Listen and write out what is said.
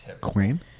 Queen